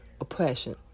oppression